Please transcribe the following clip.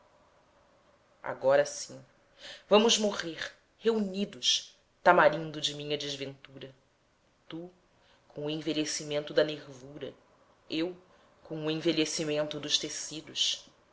agora sim vamos morrer reunidos tamarindo de minha desventura tu com o envelhecimento da nervura eu com o envelhecimento dos tecidos